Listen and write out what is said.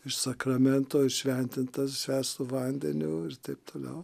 iš sakramento įšventintas švęstu vandeniu ir taip toliau